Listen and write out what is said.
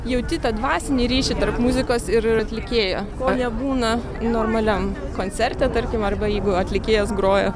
jauti tą dvasinį ryšį tarp muzikos ir atlikėjo ko nebūna normaliam koncerte tarkim arba jeigu atlikėjas groja